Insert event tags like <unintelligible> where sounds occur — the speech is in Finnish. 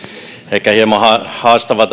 ehkä hieman haastava <unintelligible>